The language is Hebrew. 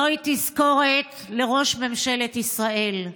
זוהי תזכורת לראש ממשלת ישראל,